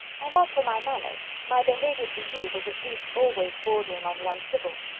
and as for my manners my behaviour to you was at least always bordering on the uncivil,